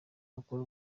bakore